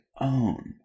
own